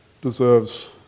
deserves